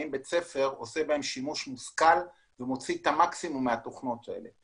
האם בית ספר עושה בהם שימוש מושכל ומוציא את המקסימום מהתוכנות האלה.